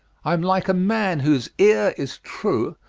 i am like a man whose ear is true,